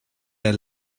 der